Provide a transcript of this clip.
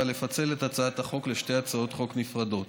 לפצל את הצעת החוק לשתי הצעות חוק נפרדות,